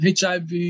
HIV